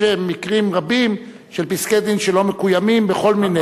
יש מקרים רבים של פסקי-דין שלא מקוימים בכל מיני,